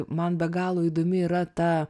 man be galo įdomi yra ta